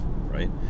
Right